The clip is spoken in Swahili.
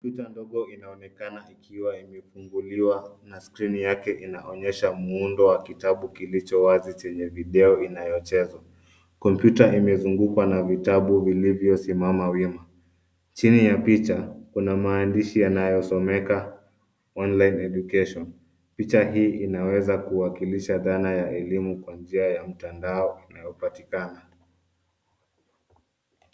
Picha ndogo inaonekana ikiwa imefunguliwa na skrini yake inaonyesha muundo wa kitabu kilicho wazi chenye video inayochezwa. Kompyuta imezungukwa na vitabu vilivyosimama wima. Chini ya picha, kuna maandishi yanayosomeka Online Education . Picha hii inaweza kuwakilisha dhana ya elimu kwa njia ya mtandao unaopatikana.